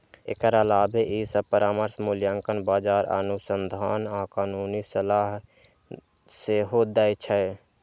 एकर अलावे ई सभ परामर्श, मूल्यांकन, बाजार अनुसंधान आ कानूनी सलाह सेहो दै छै